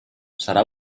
sarà